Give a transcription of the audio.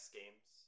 games